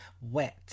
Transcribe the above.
wet